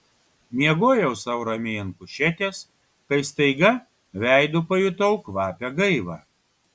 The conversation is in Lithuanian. miegojau sau ramiai ant kušetės kai staiga veidu pajutau kvapią gaivą